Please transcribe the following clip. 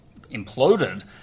imploded